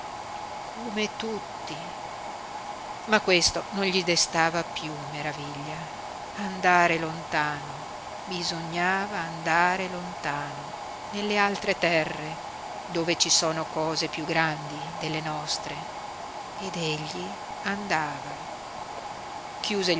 come tutti ma questo non gli destava piú meraviglia andare lontano bisognava andare lontano nelle altre terre dove ci sono cose piú grandi delle nostre ed egli andava chiuse